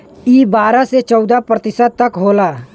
ई बारह से चौदह प्रतिशत तक होला